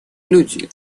люди